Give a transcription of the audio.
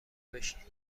بشین